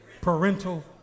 parental